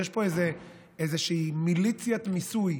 יש פה איזושהי מיליציית ניסוי,